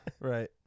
Right